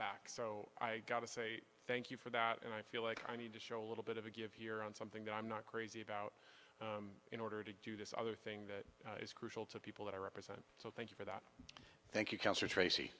back so i got to say thank you for that and i feel like i need to show a little bit of a give here on something that i'm not crazy about in order to do this other thing that is crucial to people that i represent so thank you for that thank you cancer trac